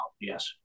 yes